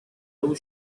blue